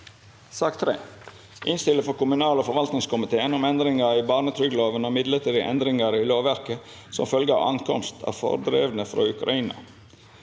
2024 Innstilling fra kommunal- og forvaltningskomiteen om Endringer i barnetrygdloven og midlertidige endringer i lovverket som følge av ankomst av fordrevne fra Ukraina